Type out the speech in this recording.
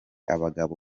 abagabo